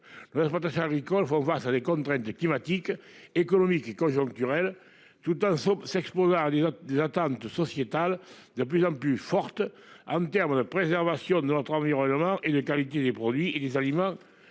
2050. Fantassins agricoles font face à des contraintes climatiques économiques conjoncturels tout en son sexe pour voir autres des attentes sociétales de plus en plus forte en terme de préservation de notre environnement et la qualité des produits et des aliments